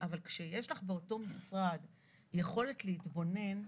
אבל כשיש לך באותו משרד יכולת להתבונן,